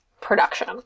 production